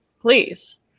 please